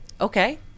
Okay